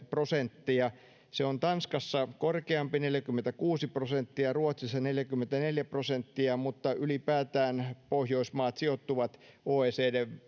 prosenttia se on tanskassa korkeampi neljäkymmentäkuusi prosenttia ruotsissa neljäkymmentäneljä prosenttia mutta ylipäätään pohjoismaat sijoittuvat oecdn